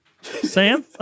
Sam